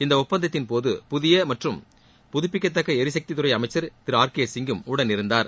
இந்த ஒப்பந்தத்தின்போது புதிய மற்றும் புதுப்பிக்கத்தக்க எரிசக்தித்துறை அமைச்சர் திரு ஆர் கே சிங் கும் உடனிருந்தார்